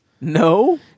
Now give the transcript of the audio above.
No